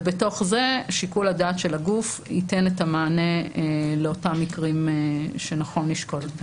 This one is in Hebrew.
ובתוך זה שיקול הדעת של הגוף ייתן את המענה לאותם מקרים שנכון לשקול.